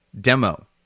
demo